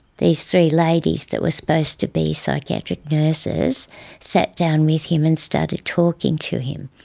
these three ladies that were supposed to be psychiatric nurses sat down with him and started talking to him.